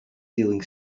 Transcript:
stealing